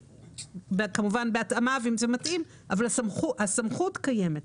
כמובן בהתאמה ואם זה מתאים אבל הסמכות קיימת.